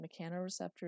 mechanoreceptors